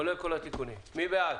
מי בעד?